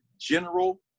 general